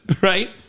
Right